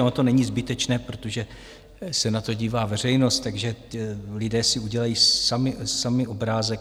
Ono to není zbytečné, protože se na to dívá veřejnost, takže lidé si udělají sami obrázek.